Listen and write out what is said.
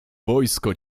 wojsko